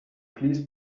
fleece